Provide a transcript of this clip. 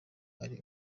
ari